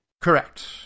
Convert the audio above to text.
Correct